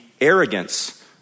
arrogance